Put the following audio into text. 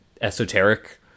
esoteric